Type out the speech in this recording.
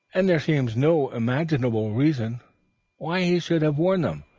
and there seems no imaginable reason why he should have worn them,